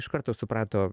iš karto suprato